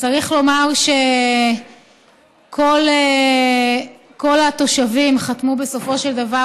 צריך לומר שכל התושבים חתמו בסופו של דבר,